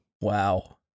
Wow